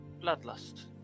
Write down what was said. bloodlust